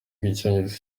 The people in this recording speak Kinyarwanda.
rw’icyongereza